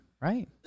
Right